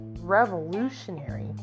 revolutionary